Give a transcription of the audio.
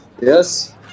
Yes